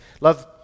Love